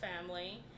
family